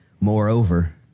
Moreover